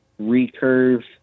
recurve